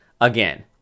Again